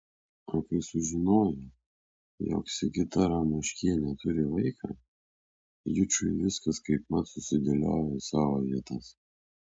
o kai sužinojo jog sigita ramoškienė turi vaiką jučui viskas kaipmat susidėliojo į savo vietas